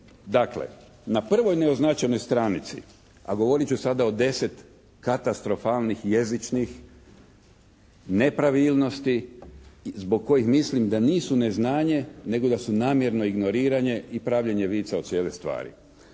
Dakle, na prvoj neoznačenoj stranici, a govorit ću sada o 10 katastrofalnih jezičnih nepravilnosti zbog kojih mislim da nisu neznanje, nego da su namjerno ignoriranje i pravljenje vica od cijele stvari.